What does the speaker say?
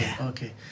Okay